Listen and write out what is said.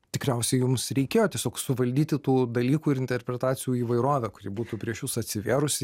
tikriausiai jums reikėjo tiesiog suvaldyti tų dalykų ir interpretacijų įvairovę kuri būtų prieš jus atsivėrusi